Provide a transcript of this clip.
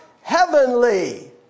heavenly